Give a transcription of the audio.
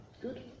Good